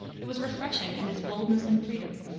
it was refreshing in its boldness and freedom.